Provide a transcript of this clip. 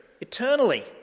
eternally